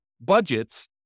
budgets